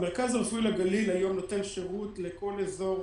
המרכז הרפואי לגליל היום נותן שירות לכל האזור